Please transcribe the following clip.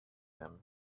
them